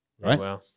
Right